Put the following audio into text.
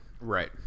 Right